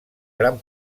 gran